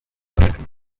babiri